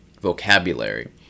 Vocabulary